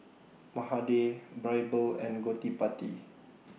Mahade Birbal and Gottipati